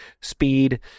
speed